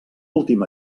últim